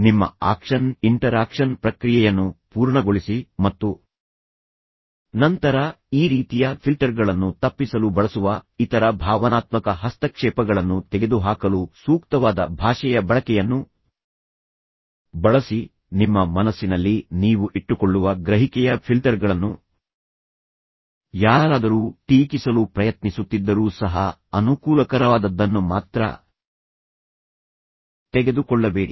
ನಿಮ್ಮ action interaction ಪ್ರಕ್ರಿಯೆಯನ್ನು ಪೂರ್ಣಗೊಳಿಸಿ ಮತ್ತು ನಂತರ ಈ ರೀತಿಯ ಫಿಲ್ಟರ್ಗಳನ್ನು ತಪ್ಪಿಸಲು ಬಳಸುವ ಇತರ ಭಾವನಾತ್ಮಕ ಹಸ್ತಕ್ಷೇಪಗಳನ್ನು ತೆಗೆದುಹಾಕಲು ಸೂಕ್ತವಾದ ಭಾಷೆಯ ಬಳಕೆಯನ್ನು ಬಳಸಿ ನಿಮ್ಮ ಮನಸ್ಸಿನಲ್ಲಿ ನೀವು ಇಟ್ಟುಕೊಳ್ಳುವ ಗ್ರಹಿಕೆಯ ಫಿಲ್ಟರ್ಗಳನ್ನು ಯಾರಾದರೂ ಟೀಕಿಸಲು ಪ್ರಯತ್ನಿಸುತ್ತಿದ್ದರೂ ಸಹ ಅನುಕೂಲಕರವಾದದ್ದನ್ನು ಮಾತ್ರ ತೆಗೆದುಕೊಳ್ಳಬೇಡಿ